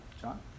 John